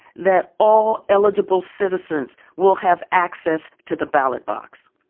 that all eligible citizens will have access to the ballot box.